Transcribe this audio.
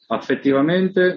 Affettivamente